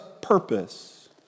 purpose